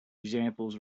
examples